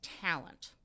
talent